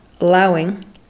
allowing